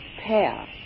pair